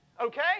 okay